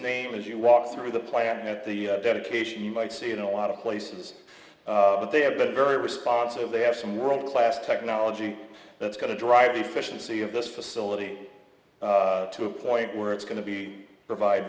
name as you walk through the plant at the dedication you might see in a lot of places but they have been very responsive they have some world class technology that's going to drive efficiency of this facility to a point where it's going to be provide